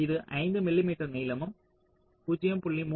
இது 5 மில்லிமீட்டர் நீளமும் 0